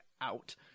out